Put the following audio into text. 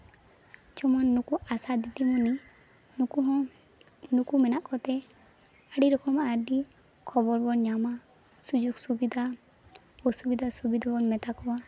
ᱡᱮᱢᱚᱱ ᱱᱩᱠᱩ ᱟᱥᱟ ᱫᱤᱫᱤᱢᱩᱱᱤ ᱩᱱᱠᱩ ᱦᱚᱸ ᱢᱮᱱᱟᱜ ᱠᱚᱛᱮ ᱟᱹᱰᱤ ᱨᱚᱠᱚᱢᱟᱜ ᱟᱹᱰᱤ ᱠᱷᱚᱵᱚᱨ ᱵᱚᱱ ᱧᱟᱢᱟ ᱥᱩᱡᱳᱜᱽ ᱚᱥᱩᱵᱤᱫᱷᱟ ᱥᱩᱵᱤᱫᱷᱟ ᱠᱚ ᱢᱮᱛᱟ ᱠᱚᱣᱟ